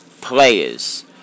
players